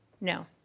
No